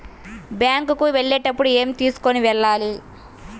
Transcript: Bank కు వెళ్ళేటప్పుడు ఏమి తీసుకొని వెళ్ళాలి?